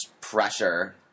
pressure